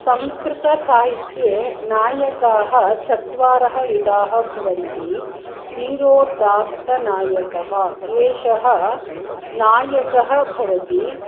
संस्कृतसाहित्ये नायकाः चत्वारः विधाः भवन्ति धीरोदात्तनायकः एषः नायकः भवति